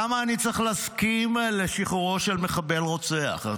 למה אני צריך להסכים לשחרורו של מחבל רוצח?